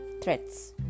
threats